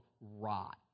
rot